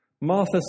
Martha